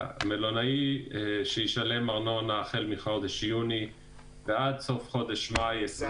המלונאי שישלם ארנונה מחודש יוני ועד סוף חודש מאי 2021